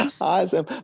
Awesome